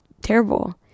terrible